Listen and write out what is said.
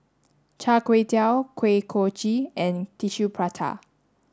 Char Kway Teow Kuih Kochi and tissue Prata